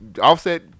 offset